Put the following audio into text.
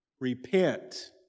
Repent